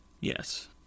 Yes